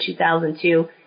2002